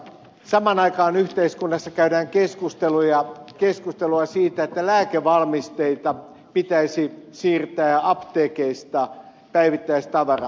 samaan aikaan yhteiskunnassa käydään keskustelua siitä että lääkevalmisteita pitäisi siirtää apteekeista päivittäistavaraan